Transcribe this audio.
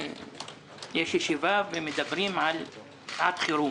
יש ישיבה ומדברים על שעת חירום